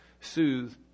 soothe